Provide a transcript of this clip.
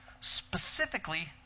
specifically